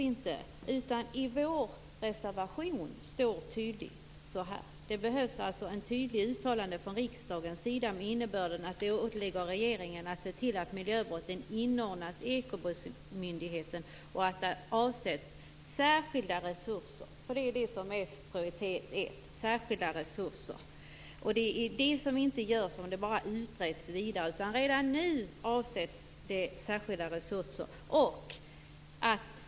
I vår reservation står det tydligt så här: "Här behövs alltså ett tydligt uttalande från riksdagens sida med innebörden att det åligger regeringen att se till att miljöbrotten inordnas i Ekobrottsmyndigheten och att där avsätts särskilda resurser för miljöbrott." Det är det som är prioritering nummer ett: särskilda resurser. Det kommer inga resurser om frågan bara utreds vidare. Redan nu skall det avsättas särskilda resurser.